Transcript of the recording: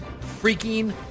Freaking